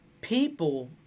people